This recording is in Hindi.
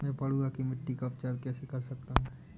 मैं पडुआ की मिट्टी का उपचार कैसे कर सकता हूँ?